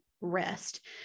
rest